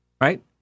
right